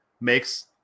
makes